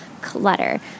clutter